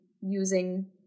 using